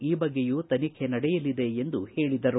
ಈ ಬಗ್ಗೆಯೂ ತನಿಖೆ ನಡೆಯಲಿದೆ ಎಂದು ಹೇಳಿದರು